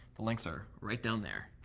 links are right down there.